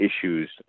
issues